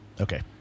Okay